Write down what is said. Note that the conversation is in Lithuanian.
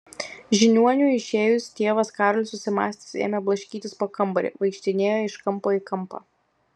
žiniuoniui išėjus tėvas karolis susimąstęs ėmė blaškytis po kambarį vaikštinėjo iš kampo į kampą